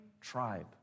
tribe